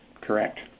Correct